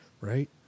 right